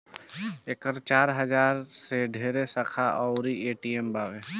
एकर चार हजार से ढेरे शाखा अउर ए.टी.एम बावे